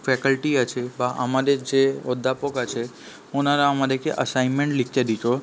faculty আছে বা আমাদের যে অধ্যাপক আছে ওনারা আমাদেরকে অ্যাসাইনমেন্ট লিখতে দিতো